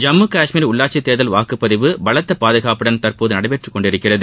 ஜம்மு கஷ்மீர் உள்ளாட்சி தேர்தல் வாக்குபதிவு பலத்த பாதுகாப்புடன் தற்போது நடந்து கொண்டிருக்கிறது